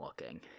looking